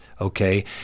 okay